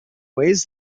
ways